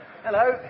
hello